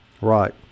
Right